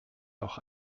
auch